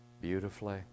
beautifully